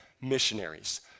missionaries